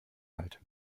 halt